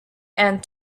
and